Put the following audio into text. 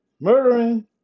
murdering